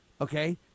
okay